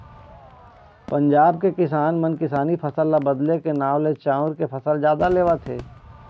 पंजाब के किसान मन किसानी फसल ल बदले के नांव ले चाँउर के फसल जादा लेवत हे